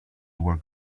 were